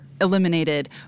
eliminated